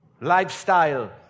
lifestyle